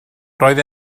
roedd